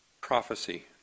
prophecy